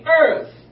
earth